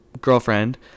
girlfriend